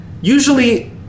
Usually